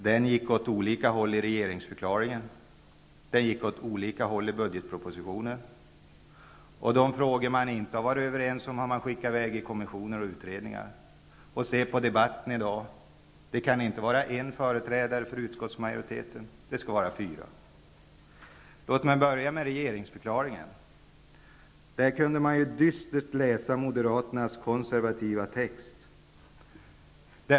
Här gick det åt olika håll i regeringsförklaringen och åt olika håll i budgetpropositionen. De frågor man inte har varit överens om har man skickat i väg till kommissioner och utredningar. Och se på debatten i dag! Det kan inte vara en företrädare för utskottsmajoriteten, utan det skall vara fyra. Låt mig först ta upp regeringsförklaringen. Där kunde man dystert läsa Moderaternas konservativa text.